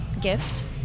gift